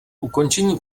ukončení